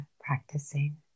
practicing